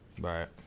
Right